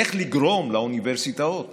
איך לגרום לאוניברסיטאות